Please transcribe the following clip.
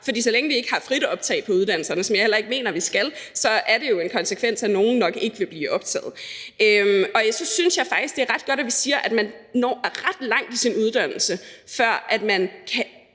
for så længe vi ikke har et frit optag på uddannelserne, som jeg heller ikke mener vi skal have, så har det jo som konsekvens, at nogle nok ikke vil blive optaget. Og så synes jeg faktisk, det er ret godt, at vi siger, at man når ret langt i sin uddannelse, før man ikke